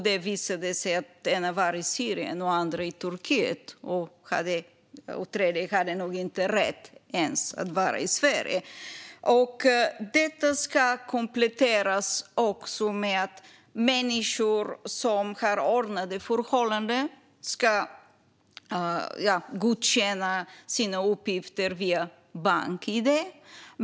Det visade sig att en var i Syrien, en annan i Turkiet och en tredje nog inte ens hade rätt att vara i Sverige. Denna insats ska kompletteras med att människor som har ordnade förhållanden ska godkänna sina uppgifter via bank-id.